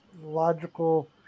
logical